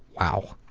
wow.